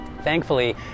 Thankfully